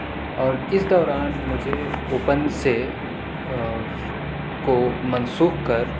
اور اس دوران مجھے اوپن سے کو منسوخ کر